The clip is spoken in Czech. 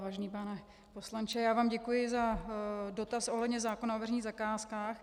Vážený pane poslanče, já vám děkuji za dotaz ohledně zákona o veřejných zakázkách.